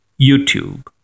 YouTube